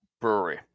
Brewery